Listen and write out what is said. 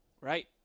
Right